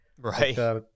right